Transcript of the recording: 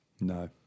No